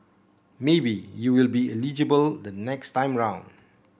maybe you will be eligible the next time round